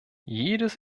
jedes